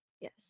yes